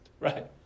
right